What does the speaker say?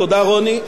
תודה, רוני.